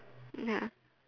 ya